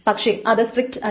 പക്ഷെ അത് സ്ട്രിക്റ്റ് അല്ല